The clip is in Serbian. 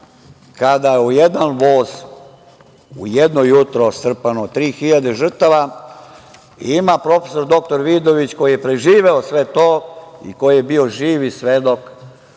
kada je u jedan voz, u jedno jutro, strpano 3.000 žrtava. Profesor dr Vidović, koji je preživeo sve to, koji je bio živi svedok